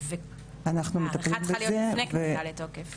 לפני - ההארכה צריכה להיות לפני כניסה לתוקף.